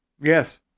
Yes